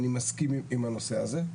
אני מסכים עם הנושא הזה.